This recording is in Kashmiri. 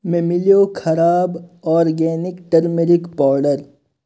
مےٚ مِلیو خراب آرگینِک ٹٔرمَرِک پوڈر